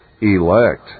elect